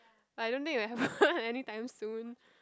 I don't think we have one any time soon